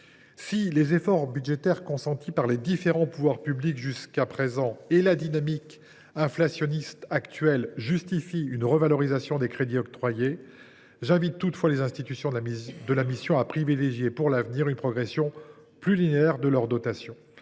Si les efforts budgétaires consentis jusqu’à présent par les différents pouvoirs publics et la dynamique inflationniste actuelle justifient une revalorisation des crédits octroyés, j’invite toutefois les institutions de la mission à privilégier, pour l’avenir, une progression plus linéaire de leur dotation.